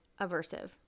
aversive